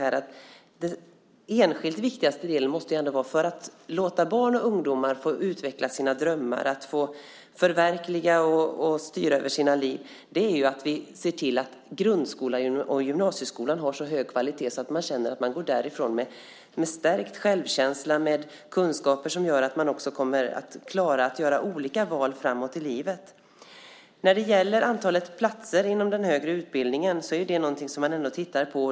För att barn och ungdomar ska få utveckla och förverkliga sina drömmar och styra över sina liv måste det enskilt viktigaste vara att se till att grundskolan och gymnasieskolan har så hög kvalitet att man känner att man går därifrån med stärkt självkänsla och med kunskaper som gör att man klarar att göra olika val i livet. Antalet platser inom den högre utbildningen är något som man ändå tittar på.